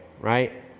right